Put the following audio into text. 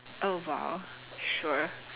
oh !wow! sure